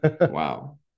Wow